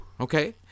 Okay